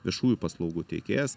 viešųjų paslaugų teikėjas